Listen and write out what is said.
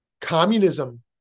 communism